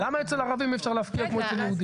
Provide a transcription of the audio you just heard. למה אצל ערבים אי אפשר להפקיע כמו אצל יהודים?